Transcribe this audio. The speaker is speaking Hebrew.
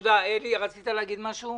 אלי, רצית להגיד משהו?